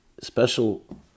special